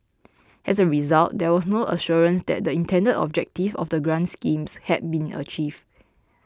as a result there was no assurance that the intended objectives of the grant schemes had been achieved